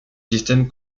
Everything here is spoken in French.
système